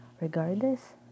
regardless